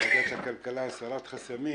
ועדת הכלכלה שהוקמה להסרת חסמים